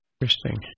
interesting